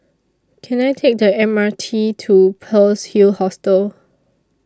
Can I Take The M R T to Pearl's Hill Hostel